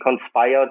conspired